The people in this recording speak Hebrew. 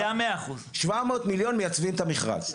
זה ה- 100%. 700 מיליון מייצבים את המכרז.